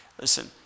Listen